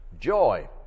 Joy